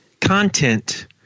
content